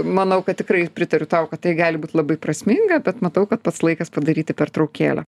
manau kad tikrai pritariu tau kad tai gali būt labai prasminga bet matau kad pats laikas padaryti pertraukėlę